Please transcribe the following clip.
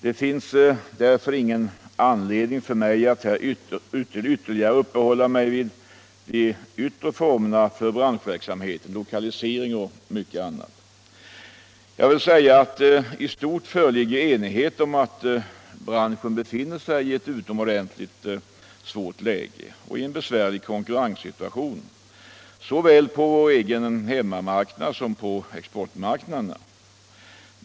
Det finns därför ingen anledning för mig att här ytterligare uppehålla mig vid de yttre formerna för branschverksamheten, lokalisering m.m. I stort sett föreligger enighet om att branschen befinner sig i ett utomordentligt svårt läge, i en besvärlig konkurrenssituation, såväl på vår egen hemmamarknad som på exportmarknaderna.